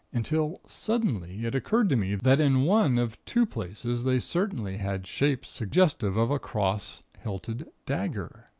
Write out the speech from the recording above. until suddenly it occurred to me that in one of two places they certainly had shapes suggestive of a cross hilted dagger.